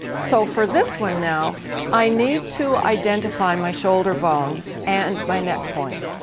so for this one now i need to identify my shoulder bone and my neck point.